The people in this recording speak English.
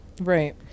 right